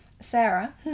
Sarah